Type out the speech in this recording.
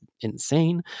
insane